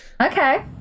Okay